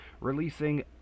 releasing